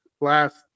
last